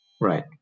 Right